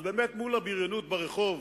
אז באמת בבריונות ברחוב